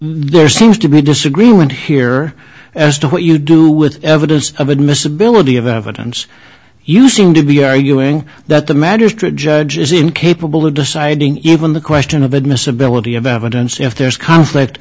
there seems to be disagreement here as to what you do with evidence of admissibility of evidence you seem to be arguing that the magistrate judge is incapable of deciding even the question of admissibility of evidence if there's conflict